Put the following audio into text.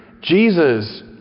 Jesus